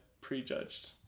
prejudged